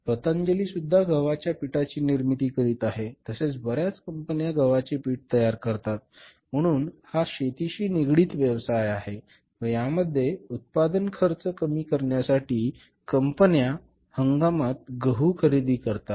पतंजली सुद्धा गव्हाच्या पीठाची निर्मिती करीत आहे तसेच बऱ्याच कंपन्या गव्हाचे पीठ तयार करतात म्हणून हा शेतीशी निगडीत व्यवसाय आहे व यामध्ये उत्पादन खर्च कमी करण्यासाठी कंपन्या हंगामात गहू खरेदी करतात